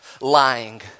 Lying